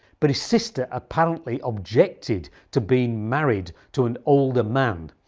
but his sister apparently objected to being married to an older man,